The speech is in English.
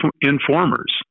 informers